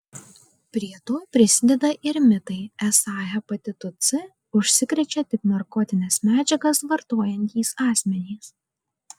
prie to prisideda ir mitai esą hepatitu c užsikrečia tik narkotines medžiagas vartojantys asmenys